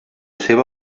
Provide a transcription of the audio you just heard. seva